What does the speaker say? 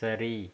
சரி